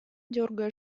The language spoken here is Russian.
дергая